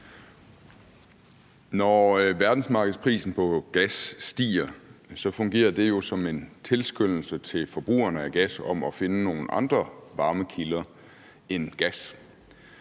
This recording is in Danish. Når verdensmarkedspriserne på gas stiger, fungerer det jo som en tilskyndelse til forbrugerne af gas til at finde nogle andre varmekilder end gas.